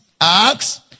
Acts